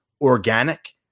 organic